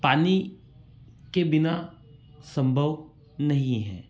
पानी के बिना सम्भव नहीं है